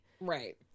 Right